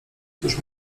cóż